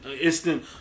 instant